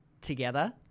Together